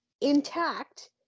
intact